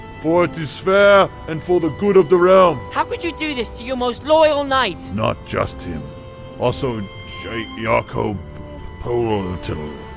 for it is fair and for the good of the realm! how could you do this to your most loyal knight? not just him also jake yeah ah jakob pole-tull. ah po-ull-tull.